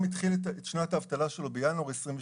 התחיל את שנת האבטלה שלו בינואר 2022,